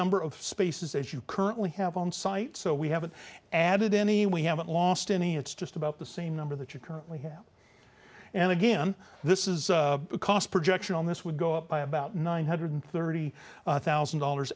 number of spaces as you currently have on site so we haven't added any we haven't lost any it's just about the same number that you currently have and again this is a cost projection on this would go up by about nine hundred thirty thousand dollars